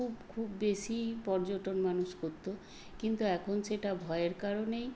খুব খুব বেশি পর্যটন মানুষ করতো কিন্তু এখন সেটা ভয়ের কারণেই